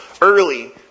early